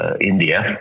India